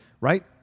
right